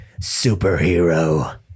superhero